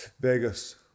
Vegas